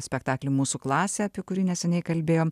spektaklį mūsų klasė apie kurį neseniai kalbėjom